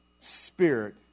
spirit